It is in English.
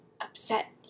upset